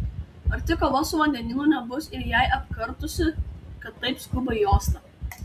ar tik kova su vandenynu nebus ir jai apkartusi kad taip skuba į uostą